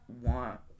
want